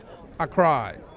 ah cried.